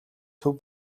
төв